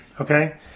Okay